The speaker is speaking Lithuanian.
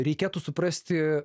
reikėtų suprasti